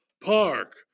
Park